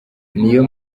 niyo